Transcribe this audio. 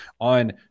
On